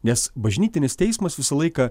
nes bažnytinis teismas visą laiką